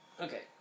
Okay